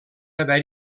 haver